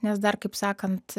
nes dar kaip sakant